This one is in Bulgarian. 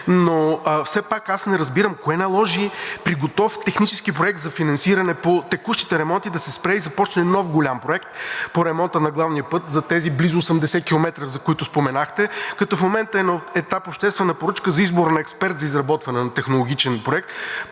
Но все пак аз не разбирам кое наложи при готов технически проект за финансиране по текущите ремонти да се спре и започне нов голям проект по ремонта на главния път за тези близо 80 километра, за които споменахте, като в момента е на етап обществена поръчка за избор на експерт за изработване на технологичен проект.